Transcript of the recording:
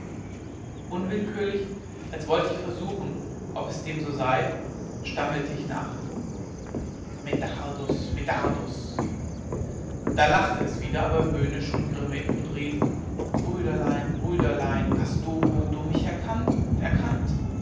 unwillkürlich als wollte ich versuchen ob es dem so sei stammelte ich nach me dar dus me dar dus da lachte es wieder aber höhnisch und grimmig und riet brü der lein brü der lein hast du du mi mich erkannt erkannt